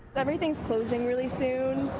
everything's closing really soon.